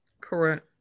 Correct